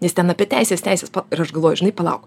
nes ten apie teises teises ir aš galvoju žinai palauk